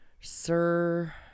Sir